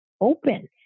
open